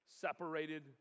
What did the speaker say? separated